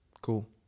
Cool